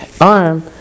arm